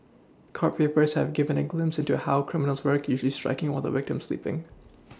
court papers have given a glimpse into how criminals work usually striking while the victim is sleePing